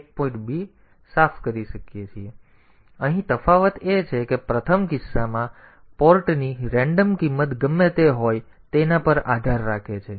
તેથી અહીં તફાવત એ છે કે પ્રથમ કિસ્સામાં તે પોર્ટની રેન્ડમ કિંમત ગમે તે હોય તેના પર આધાર રાખે છે